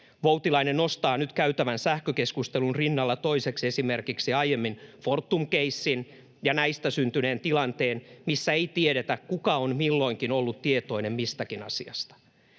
Voutilainen nostaa nyt käytävän sähkökeskustelun rinnalla toiseksi esimerkiksi aiemman Fortum-keissin ja näistä syntyneen tilanteen, missä ei tiedetä, kuka on milloinkin ollut tietoinen mistäkin asiasta.